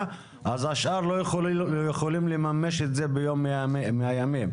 אז השאר לא יוכלו להשתמש בה ביום מהימים.